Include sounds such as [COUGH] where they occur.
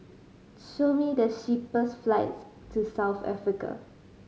show me the [UNINTELLIGIBLE] flights to South Africa